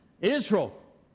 Israel